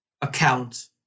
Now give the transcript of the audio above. account